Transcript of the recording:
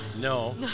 No